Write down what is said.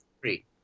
three